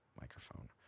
microphone